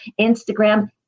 Instagram